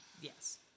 Yes